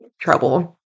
trouble